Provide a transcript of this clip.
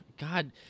God